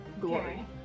glory